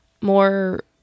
more